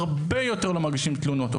הרבה יותר לא מגישים תלונות.